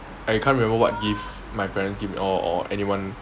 I can't remember what gift my parents give me or anyone